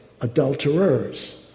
adulterers